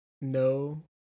no